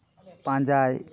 ᱯᱟᱸᱡᱟᱭ